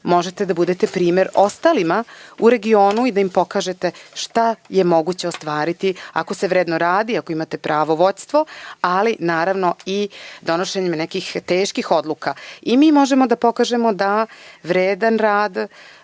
možete da budete primer ostalima u regionu i da im pokažete šta je moguće ostvariti ako se vredno radi, ako imate pravo vođstvo, ali i donošenjem nekih teških odluka i mi možemo da pokažemo da vredan rad,